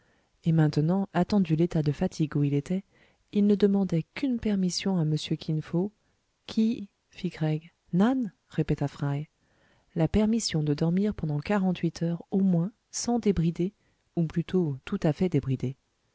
et maintenant attendu l'état de fatigue où il était il ne demandait qu'une permission à m kin fo ki fit craig nan répéta fry la permission de dormir pendant quarante-huit heures au moins sans débrider ou plutôt tout à fait débridé